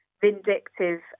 vindictive